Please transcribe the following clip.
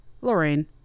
Lorraine